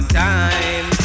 time